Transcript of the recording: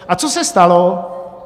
A co se stalo?